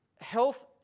health